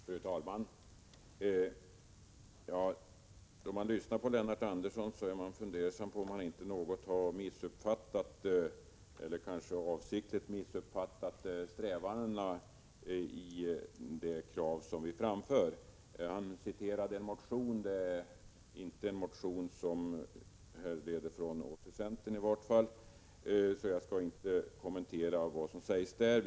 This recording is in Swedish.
Fru talman! Efter att ha lyssnat på Lennart Andersson blir jag fundersam och undrar om han inte något har missuppfattat — kanske avsiktligt missuppfattat — strävandena bakom de krav som vi framför. Lennart Andersson citerade ur en motion, men den härleder sig i varje fall inte från centern, och jag skall därför inte kommentera vad som sägs där.